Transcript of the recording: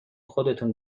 خودتون